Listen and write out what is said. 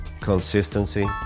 consistency